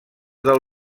del